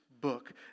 book